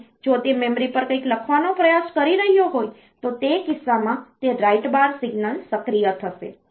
અને જો તે મેમરી પર કંઈક લખવાનો પ્રયાસ કરી રહ્યો હોય તો તે કિસ્સામાં તે રાઈટ બાર સિગ્નલ સક્રિય થશે